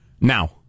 Now